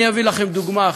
אני אביא לכם דוגמה אחת: